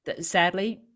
sadly